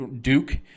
Duke